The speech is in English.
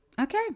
Okay